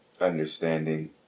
Understanding